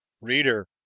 Reader